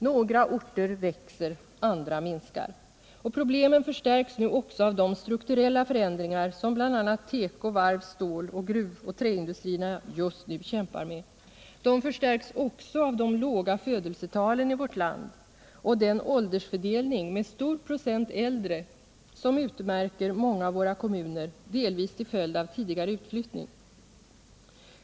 Några orter växer, andra minskar, och problemen förstärks också av de strukturella förändringar som bl.a. teko-, varvs-, stål-, gruvoch träindustrierna just nu kämpar med. De förstärks också av de låga födelsetalen i vårt land och den åldersfördelning med stor procent äldre som utmärker många av våra kommuner, delvis till följd av tidigare utflyttning.